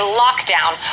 lockdown